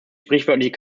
sprichwörtliche